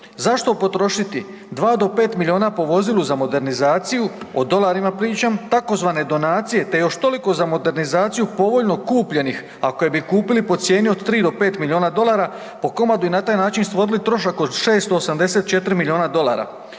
Zašto potrošiti 2 do 5 milijuna po vozilu za modernizaciju, o dolarima pričam, tzv. donacije te još toliko za modernizacija povoljno kupljenih a koje bi kupili po cijeni od 3 do 5 milijuna po komadu i na taj način stvorili trošak od 684 milijuna dolara?